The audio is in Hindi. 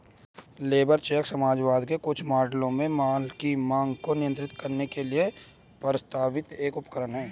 लेबर चेक समाजवाद के कुछ मॉडलों में माल की मांग को नियंत्रित करने के लिए प्रस्तावित एक उपकरण है